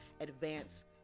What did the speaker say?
advance